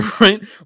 right